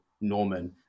Norman